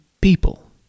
people